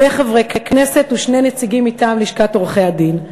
שני חברי כנסת ושני נציגים מטעם לשכת עורכי-הדין.